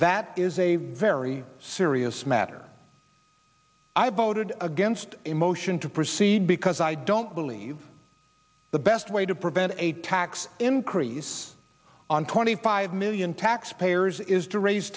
that is a very serious matter i voted against a motion to proceed because i don't believe the best way to prevent a tax increase on twenty five million taxpayers is to raise